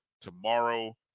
tomorrow